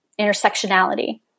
intersectionality